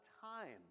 time